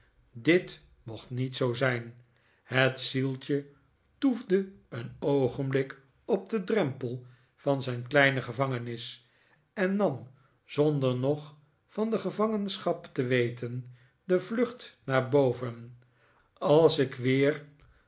dit mocht niet zoo zijn het zieltje toefde een oogenblik op den drempel van zijn kleine gevangenis en nam zonder nog van gevangenschap te weten de vlucht naar boven als ik weer